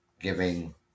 giving